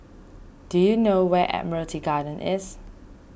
do you know where Admiralty Garden is